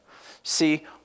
See